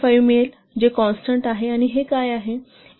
5 मिळेल जे कॉन्स्टंट आहे आणि हे काय आहे